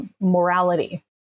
morality